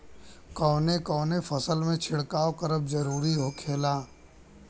कवने कवने फसल में छिड़काव करब जरूरी होखेला?